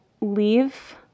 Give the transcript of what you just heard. leave